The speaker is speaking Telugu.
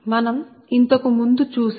మనం ఇంతకు ముందు చూసాం